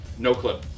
Noclip